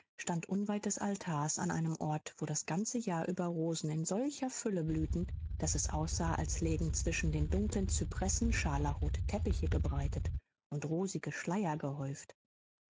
stand unweit des altars an einem ort wo das ganze jahr über rosen in solcher fülle blühten daß es aussah als lägen zwischen den dunklen cypressen scharlachrote teppiche gebreitet und rosige schleier gehäuft